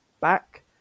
back